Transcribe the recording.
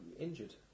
injured